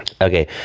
Okay